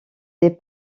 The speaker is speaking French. des